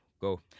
Go